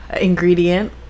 Ingredient